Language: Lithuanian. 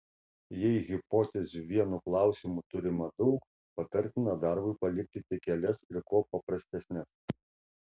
jei hipotezių vienu klausimu turima daug patartina darbui palikti tik kelias ir kuo paprastesnes